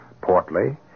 portly